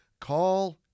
Call